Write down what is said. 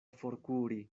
forkuri